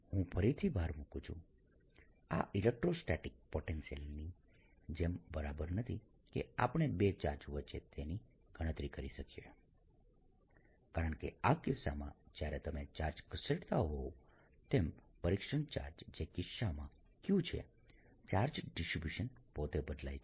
હું ફરીથી ભાર મૂકું છું આ ઇલેક્ટ્રોસ્ટેટિક પોટેન્શિયલની જેમ બરાબર નથી કે આપણે બે ચાર્જ વચ્ચે તેની ગણતરી કરી શકીએ કારણ કે આ કિસ્સામાં જ્યારે તમે ચાર્જ ખસેડતા હોવ તેમ પરીક્ષણ ચાર્જ જે આ કિસ્સામાં q છે ચાર્જ ડિસ્ટ્રિબ્યુશન પોતે બદલાય છે